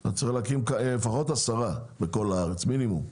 אתה צריך להקים לפחות עשרה בכל הארץ, מינימום,